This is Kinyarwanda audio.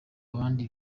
abandi